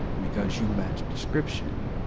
because you match a description